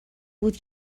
بود